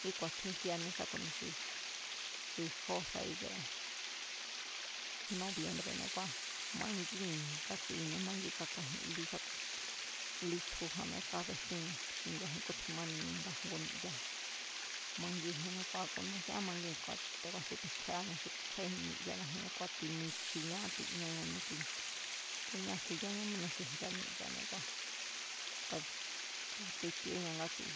Kíku̱a̱tjín fíaní sa ku̱ni xi jó sa íkie nóbiembre̱ne̱ kua̱ mangíi̱n ngátsii̱nne̱ mangi kakajín lí sá ku̱, lí tsjújanné kábejtíji̱n xingi̱a̱ji̱n ku̱tjin mániji̱n nga ngu niyaji̱n, mangínji̱ne̱ ngua̱ ku̱ni sín kamangínji̱n te̱ ku̱a̱sín te̱ kjúée̱aníji̱n, xi kjúée̱jin niyana̱ji̱nne̱ kua̱ timichiji̱n tiñáa, tiñáñané, tiníasuyáñá mínú xi ncha niyane̱ te̱ku̱a̱, titíóña ngátsi